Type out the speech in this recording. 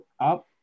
up